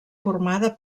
formada